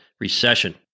Recession